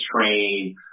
train